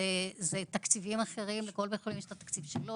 אלה תקציבים אחרים כאשר לכל בית חולים יש את התקציב שלו,